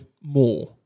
more